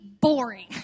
boring